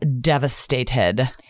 devastated